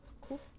cool